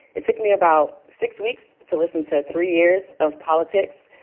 it took me about six weeks to listen to three years of politics.